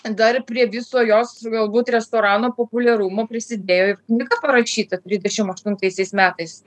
dar prie viso jos galbūt restorano populiarumo prisidėjo ir knyga parašyta trisdešim aštuntaisiais metais